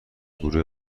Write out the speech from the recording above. گروه